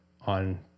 on